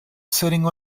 sitting